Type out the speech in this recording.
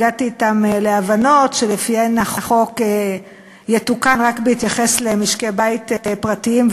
הגעתי אתם להבנות שלפיהן החוק יתוקן רק בהתייחס למשקי בית פרטיים,